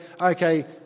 okay